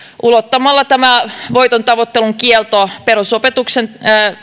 ulottamalla tämä voitontavoittelun kielto perusopetuksen